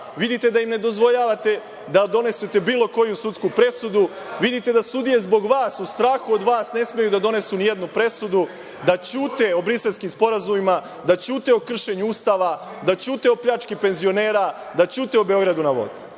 vidi da im ne dozvoljavate da donesu bilo koju sudsku presudu, vidi da sudije zbog vas, u strahu od vas, ne smeju da donesu nijednu presudu, da ćute o briselskim sporazumima, da ćute o kršenju Ustava, da ćute o pljački penzionera, da ćute o Beogradu na